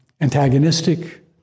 antagonistic